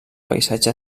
paisatge